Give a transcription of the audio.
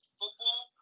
football